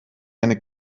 eine